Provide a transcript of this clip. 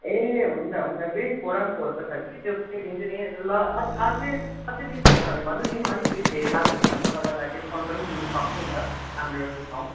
ए हुन्छ हुन्छ बेस फोर अन फोरको छ कि त्यो पठाइदिन्छु नि ल अझै अझै लिस्टहरू छ भने भन्नु नि म अलिक धेर लाँदाखेरि त म तपाईलाई डिस्काउन्ट पनि दिनु सक्छु नि त राम्रो डिस्काउन्ट